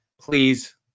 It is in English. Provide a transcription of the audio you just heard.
please